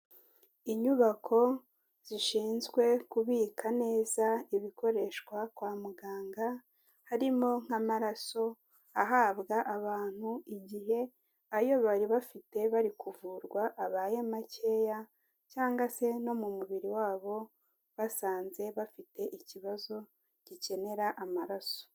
Inyubako zishinzwe kubika neza ibikoreshwa kwa muganga, harimo nk'amaraso ahabwa abantu igihe ayo bari bafite bari kuvurwa abaye makeya cyangwa se no mu mubiri wabo, basanze bafite ikibazo gikenera amaraso.